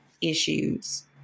issues